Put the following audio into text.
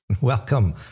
Welcome